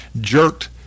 jerked